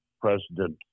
President